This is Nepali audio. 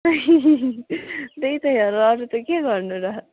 त्यही त यहाँ अरू त के गर्नु र